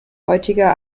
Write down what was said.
heutiger